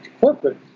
corporate